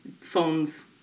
phones